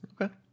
Okay